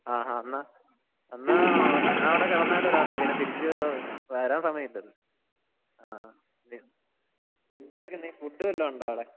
ആ ഹ എന്നാല് എന്നാല് എന്നാല് അവിടെ കിടന്നാലോ രാത്രി പിന്നെ തിരിച്ചുവരാന് സമയമില്ലല്ലോ ആ ഫുഡൊക്കെ നീ ഫുഡ് വല്ലതും ഉണ്ടോ അവിടെ